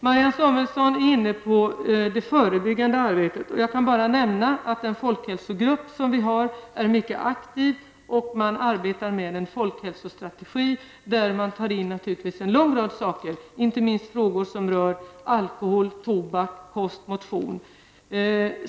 Marianne Samuelsson var inne på förebyggande arbete. Jag skall bara nämna att den folkhälsogrupp som är tillsatt är mycket aktiv och arbetar med en folkhälsostrategi, där man diskuterar en lång rad saker, inte minst frågor som gäller alkohol, tobak, kost och motion.